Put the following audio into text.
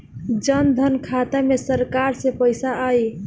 जनधन खाता मे सरकार से पैसा आई?